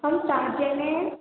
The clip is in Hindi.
हम सात जने हैं